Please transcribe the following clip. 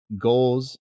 goals